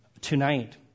tonight